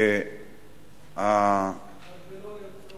שהתבלבלו היוצרות.